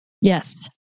Yes